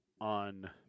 on